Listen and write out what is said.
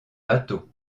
bateau